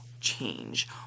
change